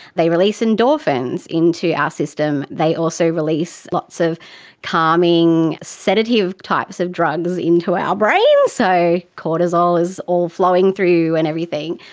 they release endorphins into our system. they also release lots of calming sedative types of drugs into our brains, so cortisol is all flowing through and everything.